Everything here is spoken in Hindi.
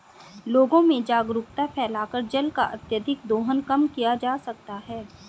लोगों में जागरूकता फैलाकर जल का अत्यधिक दोहन कम किया जा सकता है